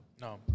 No